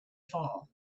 fall